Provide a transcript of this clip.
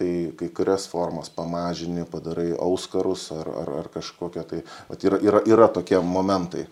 tai kai kurias formas pamažini padarai auskarus ar ar ar kažkoką tai vat yra yra yra tokie momentai